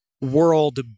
world